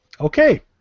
Okay